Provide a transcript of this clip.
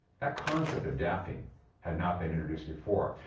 that concept of adapting had not been introduced before.